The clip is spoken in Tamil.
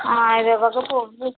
ஆ இது வகுப்பு வந்து